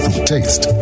taste